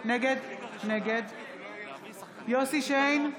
נגד יוסף שיין,